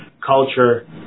culture